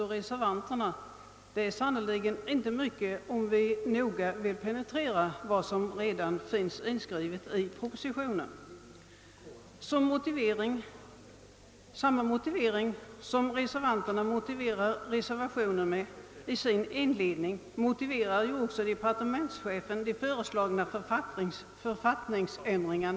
Herr talman! Om man närmare penetrerar vad som finns inskrivet i propositionen är det inte mycket som skiljer utskottsmajoriteten och reservan terna. Samma motivering som finns i inledningen till reservationen har departementschefen använt när han föreslagit ifrågavarande författningsändringar.